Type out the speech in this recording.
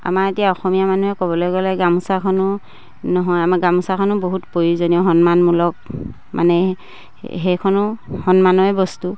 আমাৰ এতিয়া অসমীয়া মানুহে ক'বলৈ গ'লে গামোচাখনো নহয় আমাৰ গামোচাখনো বহুত প্ৰয়োজনীয় সন্মানমূলক মানে সেইখনো সন্মানৰে বস্তু